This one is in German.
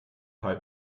halt